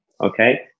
okay